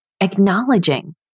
acknowledging